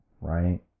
Right